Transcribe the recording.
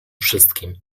wszystkim